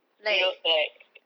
you know like